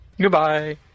Goodbye